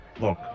Look